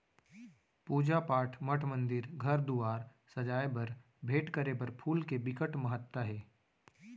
पूजा पाठ, मठ मंदिर, घर दुवार सजाए बर, भेंट करे बर फूल के बिकट महत्ता हे